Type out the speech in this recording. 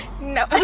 No